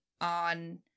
on